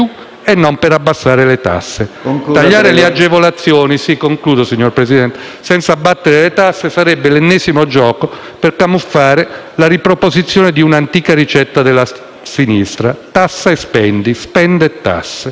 e non per abbassare le tasse. Tagliare le agevolazioni senza abbattere le tasse sarebbe l'ennesimo gioco per camuffare la riproposizione di un'antica formula della sinistra: tassa e spendi, spendi e tassa.